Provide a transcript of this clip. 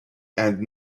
and